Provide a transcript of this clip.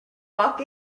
walk